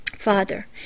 Father